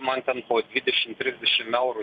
man ten po dvidešimt trisdešimt eurų